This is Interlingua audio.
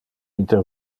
inter